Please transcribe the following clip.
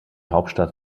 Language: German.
hauptstadt